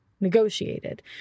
negotiated